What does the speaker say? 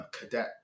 Cadet